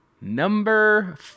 Number